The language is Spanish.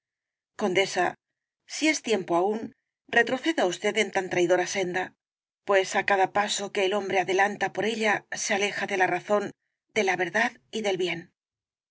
condesa si es tiempo aún retroceda usted en tan traidora senda pues á cada paso que el hombre adelanta por ella se aleja de la razón de la verdad y del bien